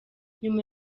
nyuma